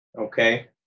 okay